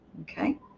Okay